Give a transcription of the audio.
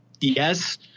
Yes